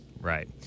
Right